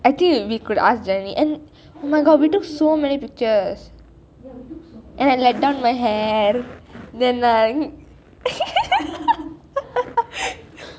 I think we could ask janani and we took so many pictures and I dyed my hair then I